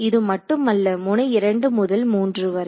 இதுமட்டுமல்ல முனை 2 முதல் 3 வரை